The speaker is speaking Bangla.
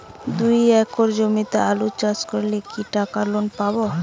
দুই একর জমিতে আলু চাষ করলে কি টাকা লোন পাবো?